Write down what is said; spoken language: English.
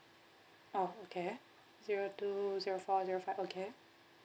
oh okay zero two zero four zero five okay